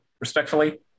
respectfully